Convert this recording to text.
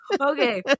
Okay